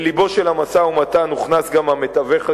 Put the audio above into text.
ללבו של המשא-ומתן הוכנס גם המתווך הגרמני,